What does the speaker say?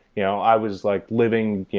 you know i was like living yeah